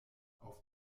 auf